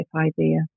idea